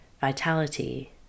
vitality